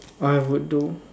I would do